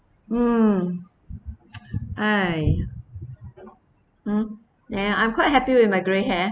mm !hais! mm eh I'm quite happy with my grey hair